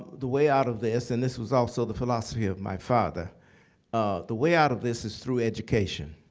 the way out of this and this was also the philosophy of my father ah the way out of this is through education.